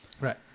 Right